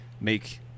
make